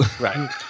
Right